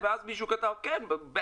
ואז מישהו כתב 'בטח,